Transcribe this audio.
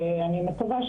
ואני מקווה..